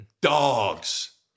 Dogs